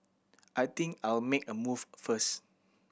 I think I'll make a move first